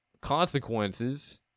consequences